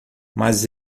mas